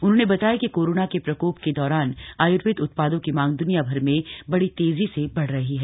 उन्होंने बताया कि कोरोना के प्रकोप के दौरान आयुर्वेद उत्पादों की मांग दुनियाभर में बड़ी तेजी से बढ़ी है